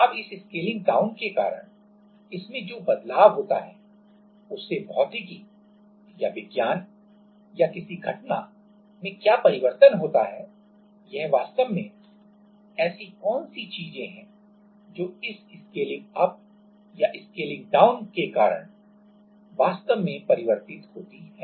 अब इस scaling down के कारण इसमें जो बदलाव होता है उससे भौतिकी या विज्ञान या घटना क्या परिवर्तन होता है यह वास्तव में ऐसी कौन सी चीजें हैं जो इस स्केलिंग अप या स्केलिंग डाउन के कारण वास्तव में परिवर्तित होती हैं